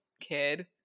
kid –